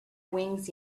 wings